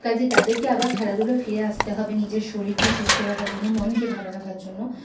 কাজেই তাদেরকে আবার খেলাধুলোয় ফিরে আসতে হবে নিজের শরীরকে সুস্থ রাখার জন্য মনকে ভালো রাখার জন্য